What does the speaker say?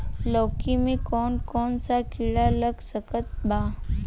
लौकी मे कौन कौन सा कीड़ा लग सकता बा?